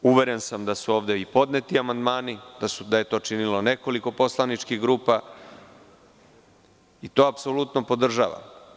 Uveren sam da su ovde podneti amandmani i da je to činilo nekoliko poslaničkih grupa i to apsolutno podržavam.